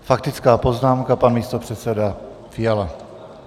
Faktická poznámka pan místopředseda Fiala.